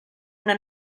una